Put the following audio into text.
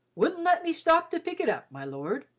wouldn't let me stop to pick it up, my lord.